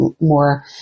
more